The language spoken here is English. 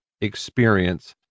experience